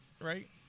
right